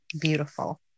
beautiful